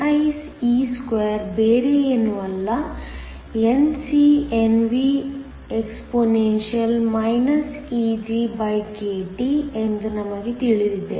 nie2 ಬೇರೆ ಏನು ಅಲ್ಲ NcNvexp⁡ EgkT ಎಂದು ನಮಗೆ ತಿಳಿದಿದೆ